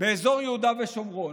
באזור יהודה ושומרון.